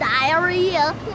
Diarrhea